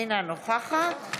אינה נוכחת